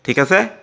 ঠিক আছে